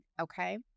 okay